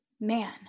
man